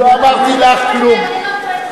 לא אמרתי לך כלום.